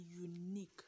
unique